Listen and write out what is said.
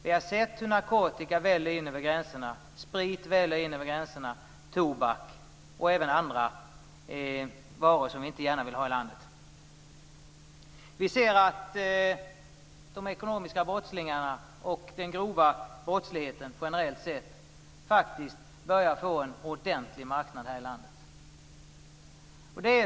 Vi har sett hur narkotikan väller in över gränserna, hur sprit, tobak och även andra varor som vi inte gärna vill ha i landet väller in över gränserna. Vi ser att de ekonomiska brottslingarna och den grova brottsligheten generellt sett faktiskt börjar få en ordentlig marknad här i landet.